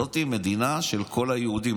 זו מדינה של כל היהודים,